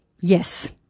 Yes